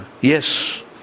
Yes